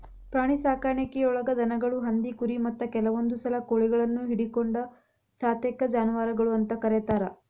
ಪ್ರಾಣಿಸಾಕಾಣಿಕೆಯೊಳಗ ದನಗಳು, ಹಂದಿ, ಕುರಿ, ಮತ್ತ ಕೆಲವಂದುಸಲ ಕೋಳಿಗಳನ್ನು ಹಿಡಕೊಂಡ ಸತೇಕ ಜಾನುವಾರಗಳು ಅಂತ ಕರೇತಾರ